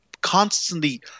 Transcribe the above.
constantly